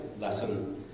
lesson